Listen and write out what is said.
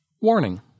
Warning